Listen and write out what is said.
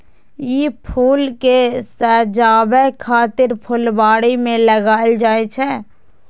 ई फूल कें सजाबै खातिर फुलबाड़ी मे लगाएल जाइ छै